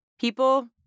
people